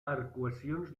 arcuacions